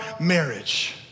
marriage